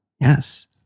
Yes